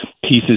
pieces